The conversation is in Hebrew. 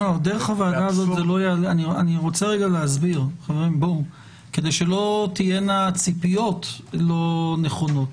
לא, כדי שלא תהיינה ציפיות לא נכונות,